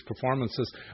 performances